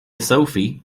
sophie